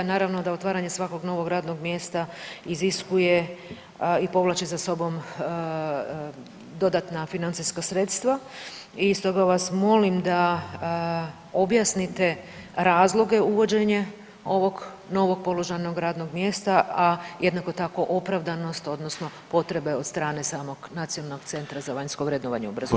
Naravno da otvaranje svakog novog radnog mjesta iziskuje i povlači za sobom dodatna financijska sredstva i stoga vas molim da objasnite razloge uvođenja ovog novog položajnog radnog mjesta, a jednako tako opravdanost odnosno potrebe od strane samog Nacionalnog centra za vanjsko vrednovanje obrazovanja.